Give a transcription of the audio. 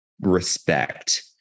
respect